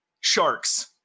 sharks